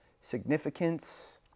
significance